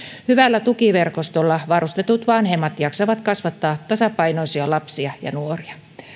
hyvällä tukiverkostolla varustetut vanhemmat jaksavat kasvattaa tasapainoisia lapsia ja nuoria